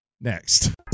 Next